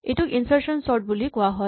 এইটোক ইনচাৰ্চন চৰ্ট বুলি কোৱা হয়